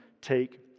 take